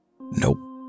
nope